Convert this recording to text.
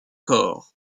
core